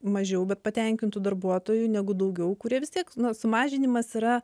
mažiau bet patenkintų darbuotojų negu daugiau kurie vis tiek nu sumažinimas yra